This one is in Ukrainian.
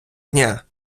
дня